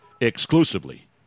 exclusively